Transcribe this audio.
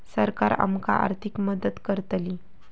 सरकार आमका आर्थिक मदत करतली?